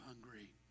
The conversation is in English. hungry